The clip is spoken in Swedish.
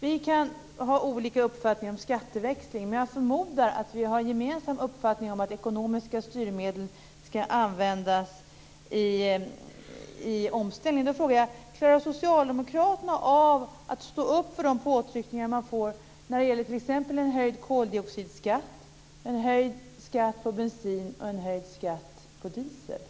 Vi kan ha olika uppfattningar om skatteväxling, men jag förmodar att vi har en gemensam uppfattning om att ekonomiska styrmedel ska användas i omställningen. Då frågar jag: Klarar Socialdemokraterna av att stå upp för de påtryckningar man får när det gäller t.ex. en höjd koldioxidskatt, en höjd skatt på bensin och en höjd skatt på diesel?